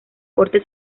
corte